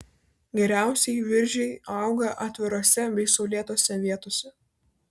geriausiai viržiai auga atvirose bei saulėtose vietose